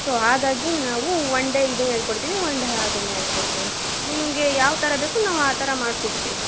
so ಹಾಗಾಗಿ ನಾವು one day ಇದು ಹೇಳಿಕೊಡ್ತೀವಿ ಒನ್ ಡೇ ಅದನ್ನ ಹೇಳ್ಕೊಡ್ತೇವೆ ನಿಮಗೆ ಯಾವ ಥರ ಬೇಕು ನಾವು ಆ ಥರ ಮಾಡ್ಕೊಡ್ತೀವಿ